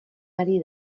ari